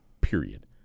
period